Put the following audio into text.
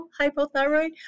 hypothyroid